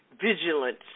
vigilant